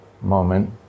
moment